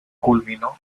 culminó